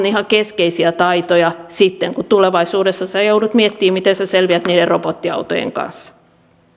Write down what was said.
ihan keskeisiä taitoja sitten kun tulevaisuudessa joudut miettimään miten selviät niiden robottiautojen kanssa